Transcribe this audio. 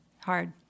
Hard